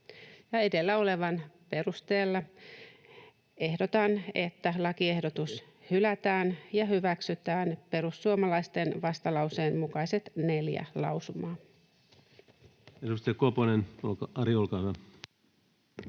Edellä olevan perusteella ehdotan, että lakiehdotus hylätään ja hyväksytään perussuomalaisten vastalauseen mukaiset neljä lausumaa. Edustaja Koponen, Ari, olkaa